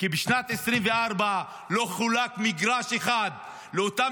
כי בשנת 2024 לא חולק מגרש אחד לאותם